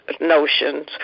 notions